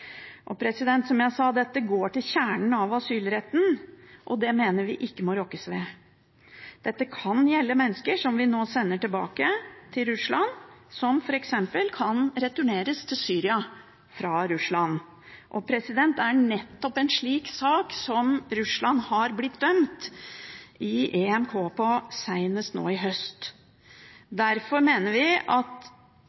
Som jeg sa – dette går til kjernen av asylretten, og den mener vi ikke må rokkes ved. Dette kan gjelde mennesker vi nå sender tilbake til Russland, og som f.eks. kan returneres til Syria fra Russland. Det var nettopp i en slik sak Russland ble dømt i EMK senest nå i høst. Derfor mener vi at